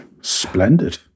Splendid